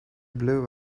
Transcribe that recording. blue